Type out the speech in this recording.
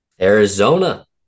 Arizona